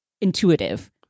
Intuitive